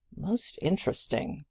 most interesting!